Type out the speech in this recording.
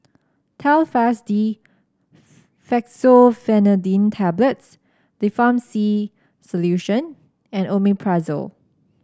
Telfast D Fexofenadine Tablets Difflam C Solution and Omeprazole